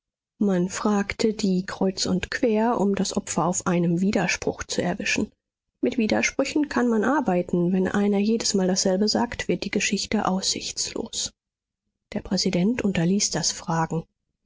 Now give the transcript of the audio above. man fragte die kreuz und quer um das opfer auf einem widerspruch zu erwischen mit widersprüchen kann man arbeiten wenn einer jedesmal dasselbe sagt wird die geschichte aussichtslos der präsident unterließ das fragen